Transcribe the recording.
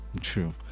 true